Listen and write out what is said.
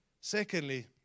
Secondly